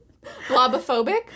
Blobophobic